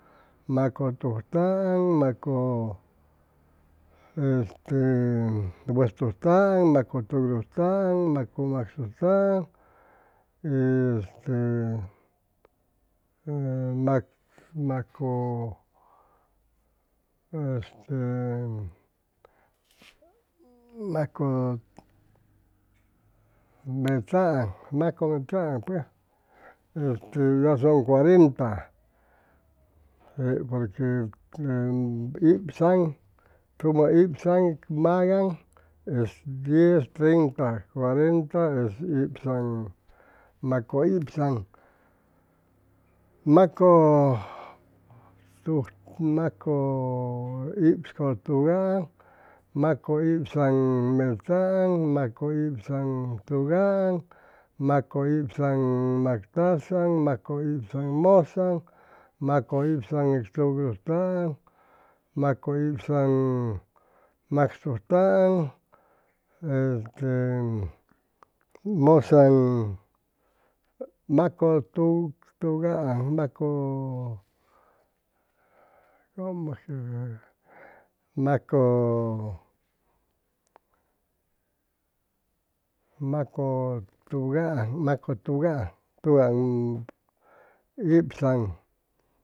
Macʉmactazaŋ, macʉ este wʉjtujtaaŋ, macʉtugurujtaaŋ, macʉmaxtujtaaŋ, este macʉ este macʉmechaaŋ macʉmechaaŋ pues este ya son cuarenta porqe ibzaŋ, tumʉ ibzaŋ magaŋ es dies, treinta, cuarenta es ibzaŋ macʉibzaŋ. macʉtuj, macʉibzcʉtugaaŋ, macʉibzaŋmechaaŋ, macʉibzaŋtugaaŋ, macʉibzaŋmactazaŋ, macʉibzaŋmʉzaŋ, macʉibzaŋtugurujtaaŋ, macʉibzaŋmaxtujtaaŋ, este mʉzaŋ, macʉtugaaŋ, macʉ macʉ macʉtugaaŋ macʉtugaaŋ, tugaŋ ibzaŋ